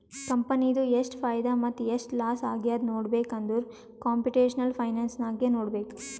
ಕಂಪನಿದು ಎಷ್ಟ್ ಫೈದಾ ಮತ್ತ ಎಷ್ಟ್ ಲಾಸ್ ಆಗ್ಯಾದ್ ನೋಡ್ಬೇಕ್ ಅಂದುರ್ ಕಂಪುಟೇಷನಲ್ ಫೈನಾನ್ಸ್ ನಾಗೆ ನೋಡ್ಬೇಕ್